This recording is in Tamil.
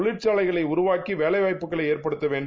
தொழிற்சாலைகளை உருவாக்கிவேலைவாய்ப்புகளைஏற்படுத்தவேண்டும்